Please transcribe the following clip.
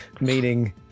meaning